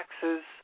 taxes